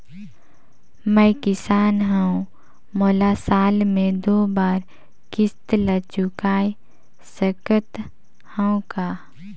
मैं किसान हव मोला साल मे दो बार किस्त ल चुकाय सकत हव का?